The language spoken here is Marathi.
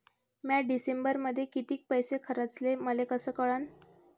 म्या डिसेंबरमध्ये कितीक पैसे खर्चले मले कस कळन?